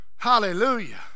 hallelujah